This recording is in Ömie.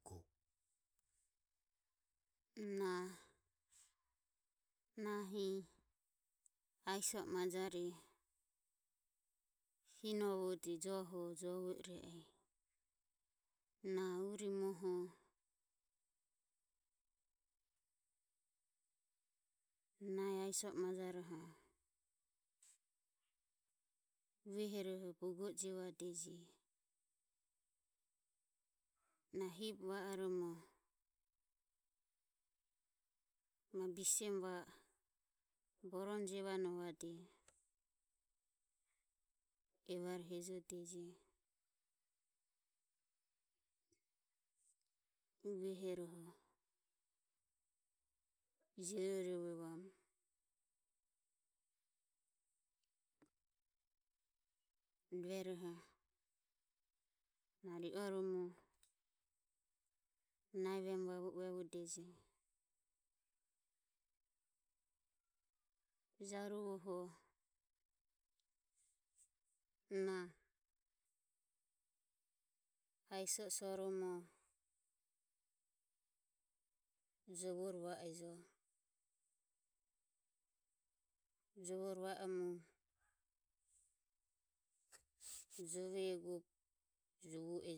Na urimoroho nahi aiso o majaroho uehoroho bogo e jevadeje. Na hibe va oromo bisemu va o borome jevade evare hejodeje uehoroho jirorovemamu rueroho na ri oromo nahi vemu vavu e uevodeje. Na jaruvoho na aiso o soromo jovore va ejo. Jovore va oromo jove eguobe juvo ejo.